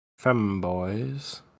femboys